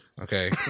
okay